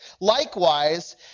Likewise